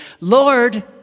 Lord